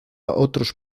otros